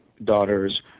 Daughters